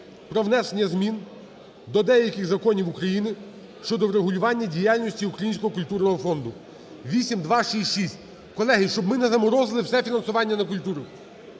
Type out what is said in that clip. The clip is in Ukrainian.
"Про внесення змін до деяких законів України щодо врегулювання діяльності Українського культурного фонду" (8266). Колеги, щоб ми не заморозили все фінансування на культуру,